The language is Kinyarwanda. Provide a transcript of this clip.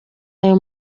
aya